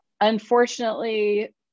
unfortunately